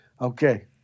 Okay